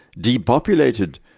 depopulated